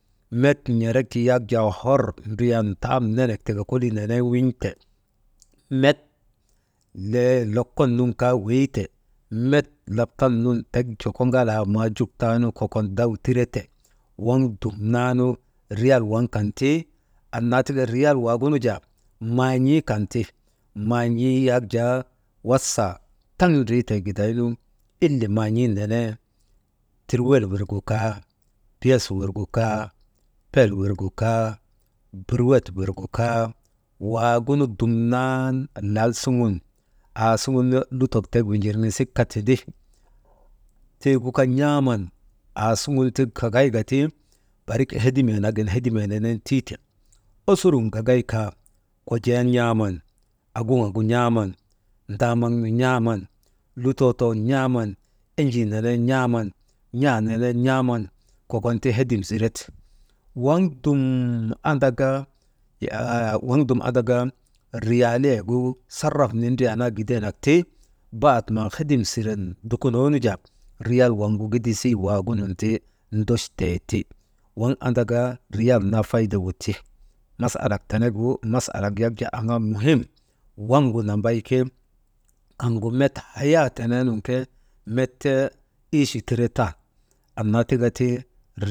Met n̰erek yak jaa hor ndriyan taam nenek tika kolii nenen win̰te, met nde lokon nun kaa weyi te, met laptan nun tek joko ŋalaa maajuk taanu kokon day tirete, waŋ dumnanu riyal waŋ kan ti annaa tika riyal waagunu jaa maan̰ii kan ti, maan̰ii yak jaa wasa taŋ ndritee gidaynu ile maan̰ii nenee, tiwel wirgu kaa, piyes wirgu kaa, pel wirgu kaa birwet wirgu kaa waagunu dumnaanu, lal suŋun aauŋun lutok tek winjirŋisik kaa tindi, tii gu kaa n̰aaman aasuŋun gagayka ti, barik hedimee nagin hedimee nenen tiite, osurun gagaykaa kojee n̰aaman aguŋak gu n̰aaman ndaamaŋ nu n̰aaman lutoo too n̰aaman enjii nenee n̰aaman n̰aa nenee n̰aaman, kokon ti hedim zirete, «hesitation» waŋ dum andaka, riyalayegu Sarraf nindriyaa naa gidenak ti, baat maa hedim siren dukunoo nu jaa riyal waŋgu gidisii waagunun ti ndochtee ti. Waŋ andaka riyal naa faydegu ti. Masaalak tenegu masaalak aŋaa muhim wavgu nambay ke, kaŋgu met haya teneenun ke met ichi tiretan annaa tika ti ri.